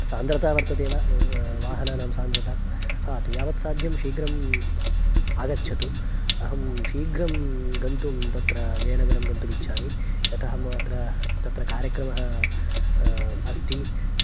सान्द्रता वर्तते वा वाहनानां सान्द्रता तु यावत् साध्यं शीघ्रम् आगच्छतु अहं शीघ्रं गन्तुं तत्र जयनगरं गन्तुमिच्छामि यतः मम अत्र तत्र कार्यक्रमः अस्ति